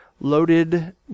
loaded